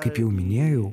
kaip jau minėjau